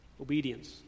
Obedience